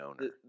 owner